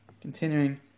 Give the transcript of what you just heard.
Continuing